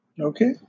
Okay